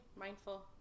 mindful